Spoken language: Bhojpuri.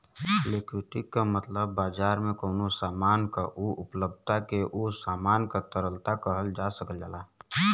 लिक्विडिटी क मतलब बाजार में कउनो सामान क उपलब्धता के उ सामान क तरलता कहल जा सकल जाला